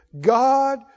God